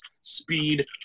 speed